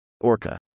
ORCA